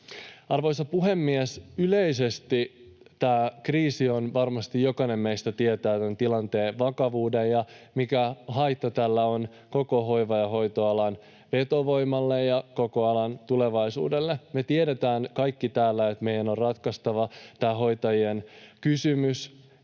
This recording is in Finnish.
Arvoisa puhemies! Yleisesti tämä kriisi on... Varmasti jokainen meistä tietää tämän tilanteen vakavuuden ja sen, mitä haittaa tästä on koko hoiva- ja hoitoalan vetovoimalle ja koko alan tulevaisuudelle. Me kaikki tiedetään täällä, että meidän on ratkaistava tämä hoitajien kysymys